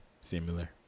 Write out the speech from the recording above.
similar